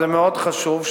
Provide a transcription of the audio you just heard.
וזה מאוד חשוב,